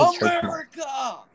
America